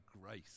grace